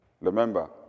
Remember